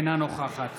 אינה נוכחת